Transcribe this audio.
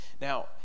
Now